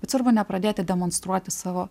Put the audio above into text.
bet svarbu nepradėti demonstruoti savo